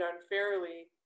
unfairly